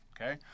Okay